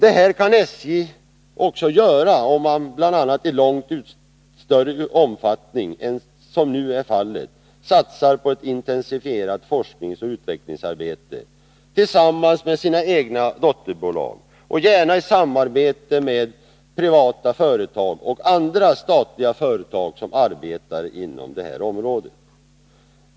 Detta kan SJ också göra om man bl.a. i långt större omfattning än som nu är fallet satsar på ett intensifierat forskningsoch utvecklingsarbete — tillsammans med sina egna dotterbolag och gärna i samarbete med privata företag och andra statliga företag som arbetar inom detta område.